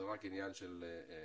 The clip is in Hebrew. זה רק עניין של רצון.